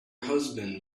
husband